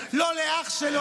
לא לאח שלו,